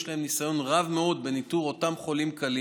יש להן ניסיון רב מאוד בניטור אותם חולים קלים